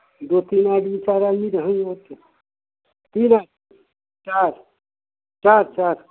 दो तीन आदमी चार आदमी रहेंगे और क्या तीन आदमी चार चार चार